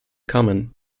common